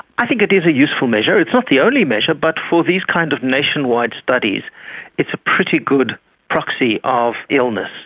i think it is a useful measure. it's not the only measure but for these kind of nationwide studies it's a pretty good proxy of illness.